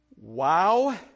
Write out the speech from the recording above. Wow